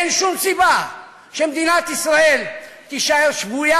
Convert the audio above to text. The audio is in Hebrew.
אין שום סיבה שמדינת ישראל תישאר שבויה